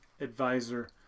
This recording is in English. advisor